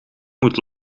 moet